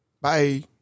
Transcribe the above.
Bye